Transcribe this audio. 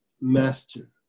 master